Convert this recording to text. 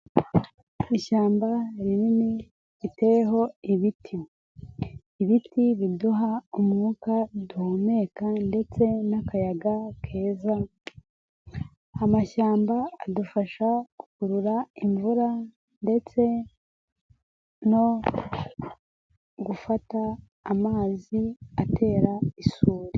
Ishyamba rinini riteyeho ibiti. Ibiti biduha umwuka duhumeka ndetse n'akayaga keza. Amashyamba adufasha gukurura imvura, ndetse, no gufata amazi, atera isuri.